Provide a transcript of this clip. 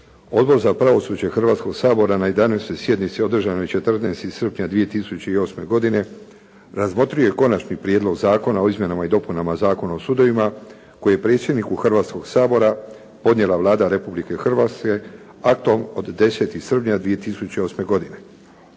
Odbor za pravosuđe Hrvatskog sabora na jedanaestoj sjednici održanoj 14. srpnja 2008. godine razmotrio je Konačni prijedlog Zakona o izmjenama i dopunama Zakona o sudovima koji je predsjedniku Hrvatskog sabora podnije Vlada Republike Hrvatske aktom od 10 srpnja 2008. godine.